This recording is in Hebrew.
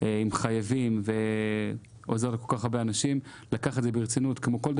חייבים ועוזר לכל כך הרבה אנשים.